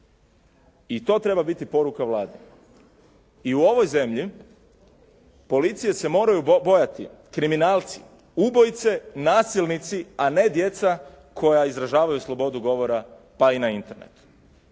I to treba biti poruka Vlade. I u ovoj zemlji policije se moraju boraju kriminalci, ubojice, nasilnici, a ne djeca koja izražavaju slobodu govora pa i na Internetu.